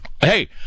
Hey